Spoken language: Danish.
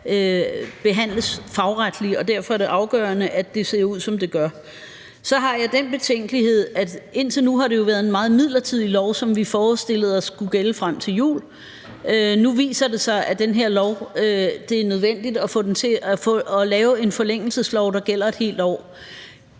behandles fagretligt. Derfor er det afgørende, at det ser ud, som det gør. Så har jeg den betænkelighed, at det indtil nu har været en meget midlertidig lov, som vi forestillede os skulle gælde frem til jul. Nu viser det sig, at det er nødvendigt at lave en forlængelseslov, der gælder et helt år.